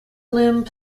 limb